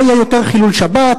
לא יהיה יותר חילול שבת,